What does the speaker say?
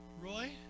Roy